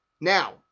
Now